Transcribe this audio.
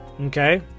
okay